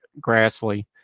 Grassley